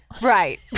Right